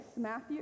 Matthew